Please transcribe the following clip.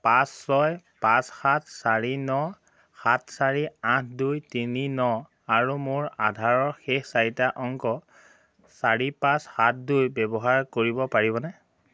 পাঁচ ছয় পাঁচ সাত চাৰি ন সাত চাৰি আঠ দুই তিনি ন আৰু মোৰ আধাৰৰ শেষ চাৰিটা অংক চাৰি পাঁচ সাত দুই ব্যৱহাৰ কৰিব পাৰিবনে